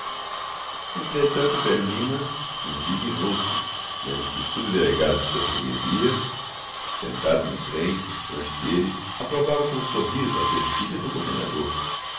entretanto o velho lima indignou-se vendo que o subdelegado de sua freguesia sentado no trem defronte dele aprovava com um sorriso a perfídia do comendador